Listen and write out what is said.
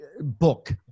book